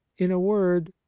in a word,